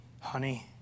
honey